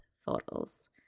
photos